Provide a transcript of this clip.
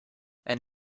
and